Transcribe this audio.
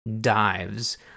dives